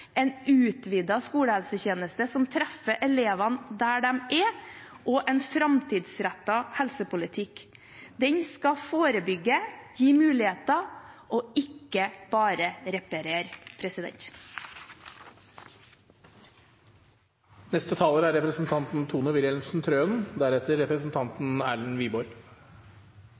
en utvidet skolehelsetjeneste som treffer elevene der de er, og en framtidsrettet helsepolitikk. Den skal forebygge, gi muligheter og ikke bare reparere. Norge er